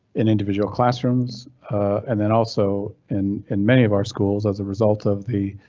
in individual classrooms and then also in in many of our schools as a result of the